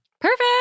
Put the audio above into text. Perfect